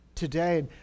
Today